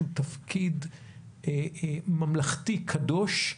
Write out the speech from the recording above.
שהוא תפקיד ממלכתי קדוש,